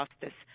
justice